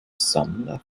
sammler